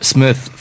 Smith